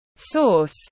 Source